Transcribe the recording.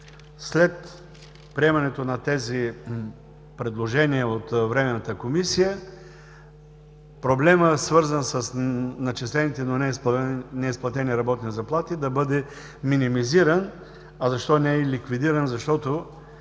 след приемането на тези предложения от Временната комисия проблемът, свързан с начислените, но неизплатени работни заплати да бъде минимизиран, а защо не и ликвидиран, защото,